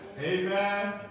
Amen